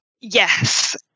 Yes